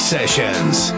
Sessions